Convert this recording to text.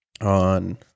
on